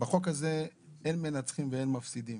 בחוק הזה אין מנצחים ואין מפסידים,